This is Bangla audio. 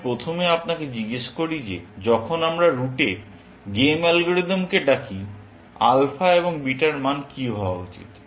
আমি প্রথমে আপনাকে জিজ্ঞাসা করি যে যখন আমরা রুটে গেম অ্যালগরিদমকে ডাকি আলফা এবং বিটা এর মান কী হওয়া উচিত